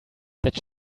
that